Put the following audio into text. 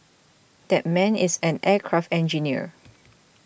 that man is an aircraft engineer